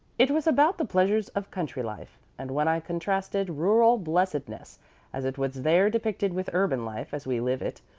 it was about the pleasures of country life and when i contrasted rural blessedness as it was there depicted with urban life as we live it,